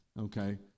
Okay